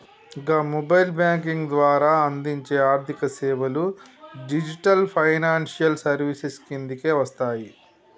గా mobile banking ద్వారా అందించే ఆర్థికసేవలు డిజిటల్ ఫైనాన్షియల్ సర్వీసెస్ కిందకే వస్తయి